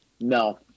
No